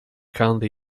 calendar